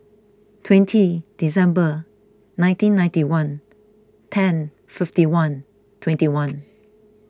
twenty December nineteen ninety one ten fifty one twenty one